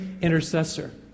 intercessor